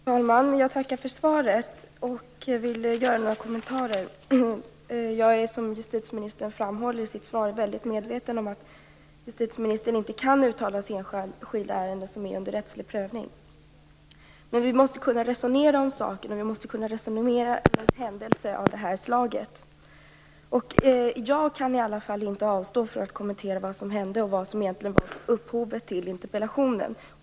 Fru talman! Jag tackar för svaret och vill göra några kommentarer. Jag är, som justitieministern framhåller i sitt svar, väldigt medveten om att justitieministern inte kan uttala sig i enskilda ärenden som är under rättslig prövning. Men vi måste kunna resonera om saken. Vi måste kunna resonera om en händelse av det här slaget. Jag kan i alla fall inte avstå från att kommentera vad som hände och vad som egentligen var upphovet till interpellationen.